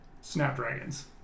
Snapdragons